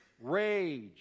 rage